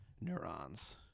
neurons